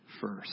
first